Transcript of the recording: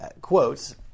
quotes